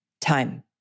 time